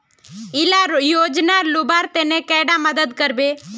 इला योजनार लुबार तने कैडा मदद करबे?